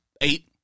Eight